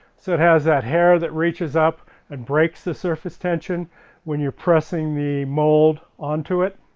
so it has that hair that reaches up and breaks the surface tension when you're pressing the mold onto it.